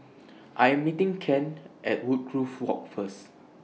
I Am meeting Kent At Woodgrove Walk First